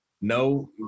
no